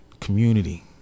Community